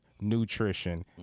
nutrition